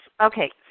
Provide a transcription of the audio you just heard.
Okay